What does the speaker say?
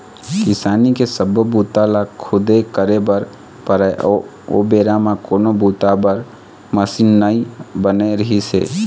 किसानी के सब्बो बूता ल खुदे करे बर परय ओ बेरा म कोनो बूता बर मसीन नइ बने रिहिस हे